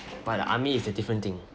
but the army is a different thing